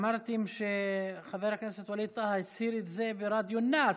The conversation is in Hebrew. אמרתם שחבר הכנסת ווליד טאהא הצהיר את זה ברדיו א-נאס,